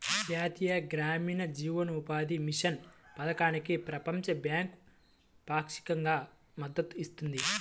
జాతీయ గ్రామీణ జీవనోపాధి మిషన్ పథకానికి ప్రపంచ బ్యాంకు పాక్షికంగా మద్దతు ఇస్తుంది